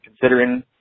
considering